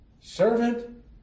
servant